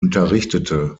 unterrichtete